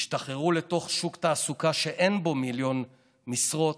ישתחררו לתוך שוק תעסוקה שאין בו מיליון משרות,